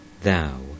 Thou